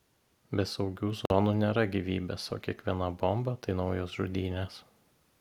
be saugių zonų nėra gyvybės o kiekviena bomba tai naujos žudynės